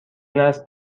است